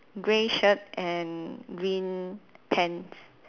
grey shirt and green pants